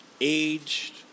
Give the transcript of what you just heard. aged